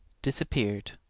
disappeared